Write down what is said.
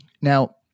Now